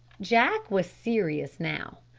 jack was serious now.